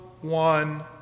one